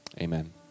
Amen